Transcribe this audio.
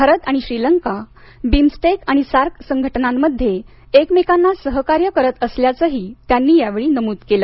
भारत आणि श्रीलंका बिम्सटेक आणि सार्क संघटनांमध्ये एकमेकांना सहकार्य करत असल्याचेही त्यांनी यावेळी नमूद केल